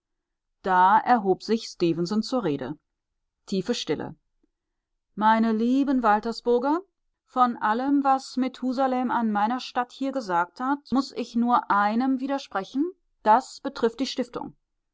da erhob sich stefenson zur rede tiefe stille meine lieben waltersburger von allem was methusalem an meiner statt hier gesagt hat muß ich nur einem widersprechen das betrifft die stiftung